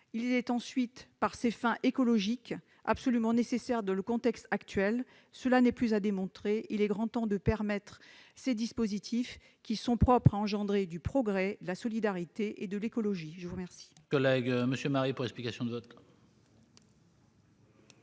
Ce dernier, par ses fins écologiques, est absolument nécessaire dans le contexte actuel. Ce n'est plus à démontrer : il est grand temps de permettre ces dispositifs, qui sont propres à créer du progrès, de la solidarité et de l'écologie. La parole